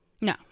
No